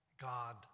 God